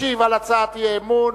ישיב על הצעת האי-אמון